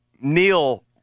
Neil